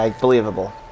believable